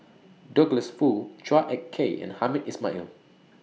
Douglas Foo Chua Ek Kay and Hamed Ismail